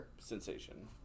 sensation